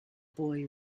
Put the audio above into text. boy